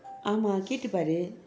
ஆமாம் கேட்டு பாரு:aamam kaettu paaru